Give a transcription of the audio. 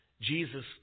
Jesus